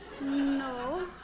No